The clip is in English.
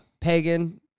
pagan